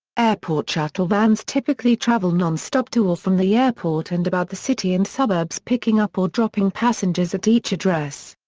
airport shuttle vans typically travel non-stop to or from the airport and about the city and suburbs picking up or dropping passengers at each address.